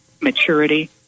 maturity